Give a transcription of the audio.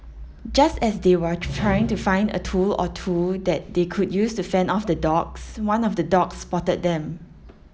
just as they were trying to find a tool or two that they could use to fend off the dogs one of the dogs spotted them